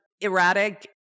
erratic